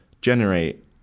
generate